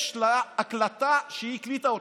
יש לה הקלטה שהיא הקליטה אותך.